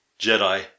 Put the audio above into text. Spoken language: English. Jedi